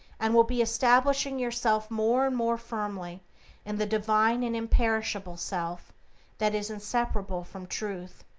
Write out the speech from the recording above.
and will be establishing yourself more and more firmly in the divine and imperishable self that is inseparable from truth.